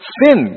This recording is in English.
sin